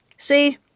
See